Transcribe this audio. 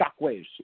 shockwaves